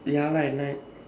ya lah at night